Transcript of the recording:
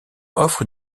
offre